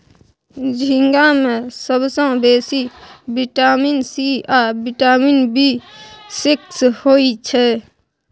झींगा मे सबसँ बेसी बिटामिन सी आ बिटामिन बी सिक्स होइ छै